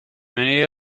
many